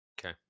Okay